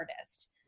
artist